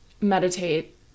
Meditate